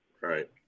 Right